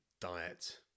diet